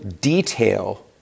detail